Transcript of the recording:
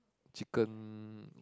chicken